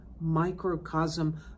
microcosm